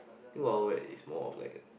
Wild-Wild-Wet is more of like